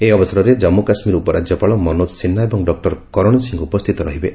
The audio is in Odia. ଏହି ଅବସରରେ ଜାନ୍ଗୁ କାଶ୍ମୀର ଉପରାଜ୍ୟପାଳ ମନୋଜ ସିହ୍ନା ଏବଂ ଡକୁର କରଣ ସିଂହ ଉପସ୍ଥିତ ରହିବେ